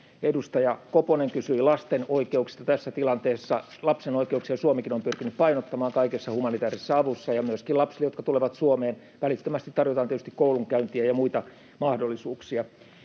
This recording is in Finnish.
Edustaja Koponen kysyi lasten oikeuksista tässä tilanteessa. Lapsen oikeuksia Suomikin on pyrkinyt painottamaan kaikessa humanitäärisessä avussa. Ja myöskin lapsille, jotka tulevat Suomeen, välittömästi tarjotaan tietysti koulunkäyntiä ja muita mahdollisuuksia.